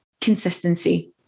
consistency